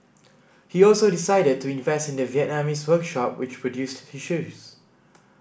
he also decided to invest in the Vietnamese workshop which produced his shoes